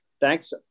Thanks